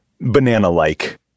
banana-like